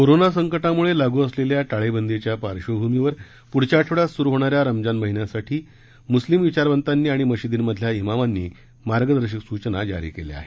corona संकटामुळे लागू असलेल्या टाळेबंदीच्या पार्श्वभूमीवर पुढच्या आठवड्यात सुरू होणाऱ्या रमजान महिन्यासाठी मुस्लिम विचारवंतांनी आणि मशिदींमधल्या मामांनी मार्गदर्शक सूचना जारी केल्या आहेत